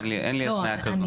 אין לי התניה כזאת.